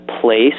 place